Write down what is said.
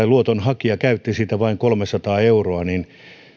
luotonhakija käytti siitä vain kolmesataa euroa niin